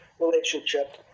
relationship